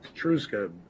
Truska